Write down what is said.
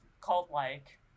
cult-like